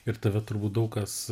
ir tave turbūt daug kas